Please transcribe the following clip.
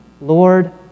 Lord